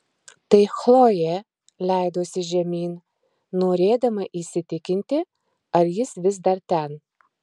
tai chlojė leidosi žemyn norėdama įsitikinti ar jis vis dar ten